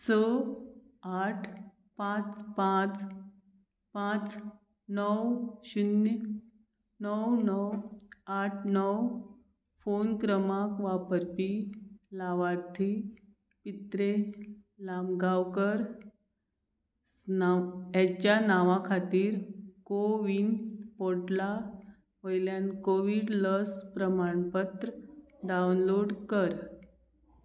स आठ पांच पांच पांच णव शुन्य णव णव आठ णव फोन क्रमांक वापरपी लावार्थी पित्रे लामगांवकर नांव हेच्या नांवा खातीर कोविन पोर्टला वयल्यान कोवीड लस प्रमाणपत्र डावनलोड कर